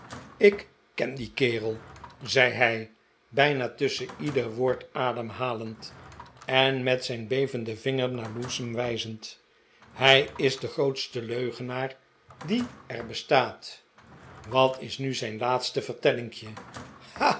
ik ken dien kerel zei hij bijna tusschen ieder woord ademhalend en met zijn bevenden vinger naar lewsome wijzend hij is de grootste leugenaar die er bestaat wat is nu zijn laatste vertellinkje